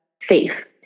safe